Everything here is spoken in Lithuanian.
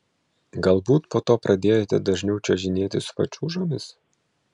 galbūt po to pradėjote dažniau čiuožinėti su pačiūžomis